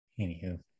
Anywho